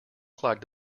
clock